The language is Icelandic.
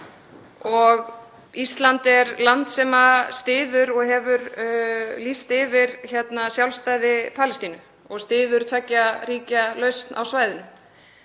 Ísland er land sem styður og hefur lýst yfir sjálfstæði Palestínu og styður tveggja ríkja lausn á svæðinu